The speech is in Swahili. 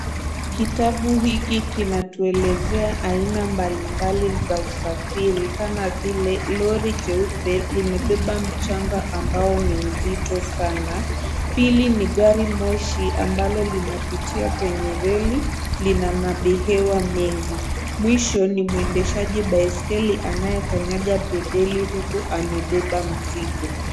Kitabu hiki kinatuelezea aina mbali mbali za usafiri kama vile lori jeupe limebeba mchanga ambao ni mzito sana. Pili, ni gari moshi ambalo linapitia kwenye reli lina mabihewa mingi. Mwisho, ni mwendeshaji baisikeli anaye kanyaga pedeli huku amebeba mzigo.